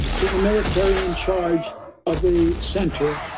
to the military in charge of the center,